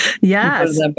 yes